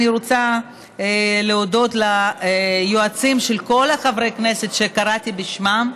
אני רוצה להודות ליועצים של כל חברי הכנסת שקראתי בשמם,